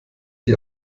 die